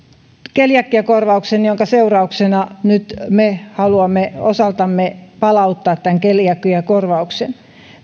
keliakiakorvauksen minkä seurauksena nyt me haluamme osaltamme palauttaa keliakiakorvauksen